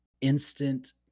instant